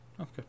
Okay